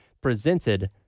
presented